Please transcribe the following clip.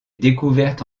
découverte